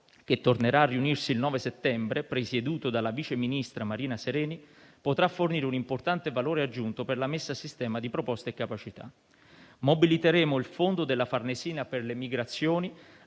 che tornerà a riunirsi il 9 settembre, presieduto dalla vice ministra Marina Sereni, potrà fornire un importante valore aggiunto per la messa a sistema di proposte e capacità. Mobiliteremo il fondo della Farnesina per le migrazioni